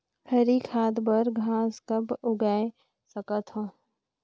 हरी खाद बर घास कब उगाय सकत हो?